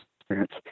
experience